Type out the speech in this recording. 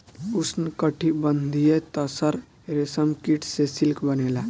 उष्णकटिबंधीय तसर रेशम कीट से सिल्क बनेला